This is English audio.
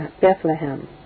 Bethlehem